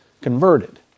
converted